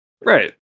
Right